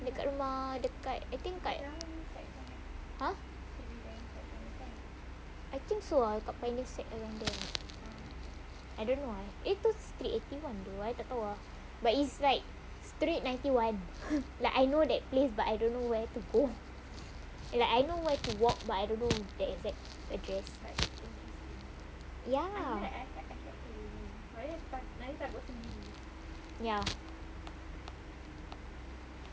kat rumah dekat I think dekat ah I think so ah kat pioneer sec around there I don't know ah eh tu street eighty one though I tak tahu ah but it's like street ninety one like I know that place but I don't know where to go like I know where to walk but I don't know the exact address ya lah ya